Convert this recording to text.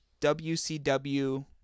WCW